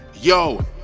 Yo